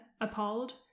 appalled